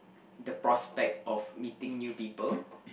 the prospects of meeting new people